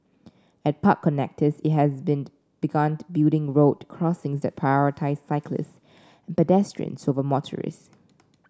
at park connectors it has begun building road crossing that prioritise cyclists and pedestrians over motorists